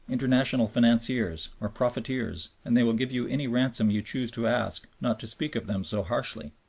international financiers, or profiteers, and they will give you any ransom you choose to ask not to speak of them so harshly.